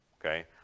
okay